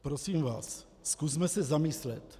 Prosím vás, zkusme se zamyslet.